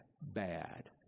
bad